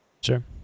Sure